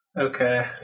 Okay